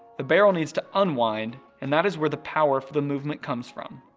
the barrel needs to unwind and that is where the power for the movement comes from.